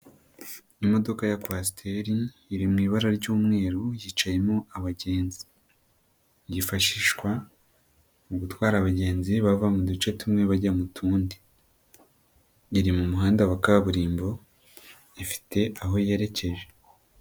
Imodoka ya kwasiteri iri mu ibara ry'umweru yicayemo abagenzi, yifashishwa mu gutwara abagenzi bava mu duce tumwe bajya mu tundi, iri mu muhanda wa kaburimbo ifite aho yerekeje.